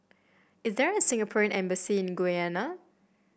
is there a Singapore Embassy in Guyana